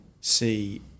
see